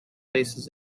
places